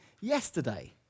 yesterday